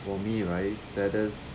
for me right saddest